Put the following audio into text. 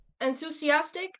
Enthusiastic